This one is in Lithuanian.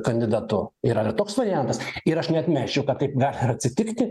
kandidatu yra ir toks variantas ir aš neatmesčiau kad taip gali ir atsitikti